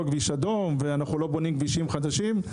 כביש אדום ואנחנו לא בונים כבישים חדשים.